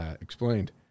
explained